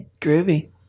groovy